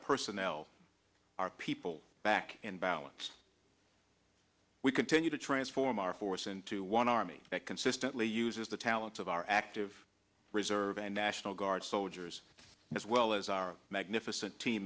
personnel our people back in balance we can you to transform our force into one army that consistently uses the talents of our active reserve and national guard soldiers as well as our magnificent team